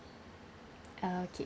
okay